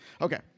Okay